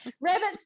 Rabbits